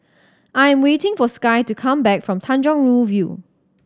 I am waiting for Skye to come back from Tanjong Rhu View